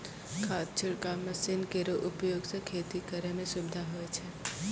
खाद छिड़काव मसीन केरो उपयोग सँ खेती करै म सुबिधा होय छै